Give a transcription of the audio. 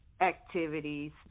activities